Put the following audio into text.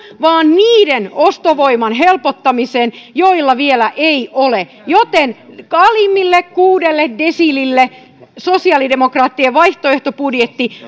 vaan niiden ostovoiman helpottamiseen joilla vielä ei ole joten alimmille kuudelle desiilille sosiaalidemokraattien vaihtoehtobudjetti